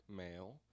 male